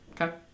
Okay